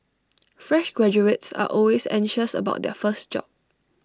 fresh graduates are always anxious about their first job